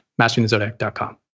masteringthezodiac.com